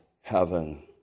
heaven